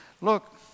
look